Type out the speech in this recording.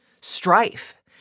strife